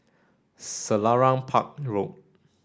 Selarang Park Road